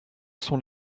sont